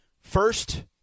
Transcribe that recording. first